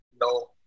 no